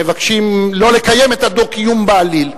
מבקשים לא לקיים את הדו-קיום בעליל.